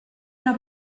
una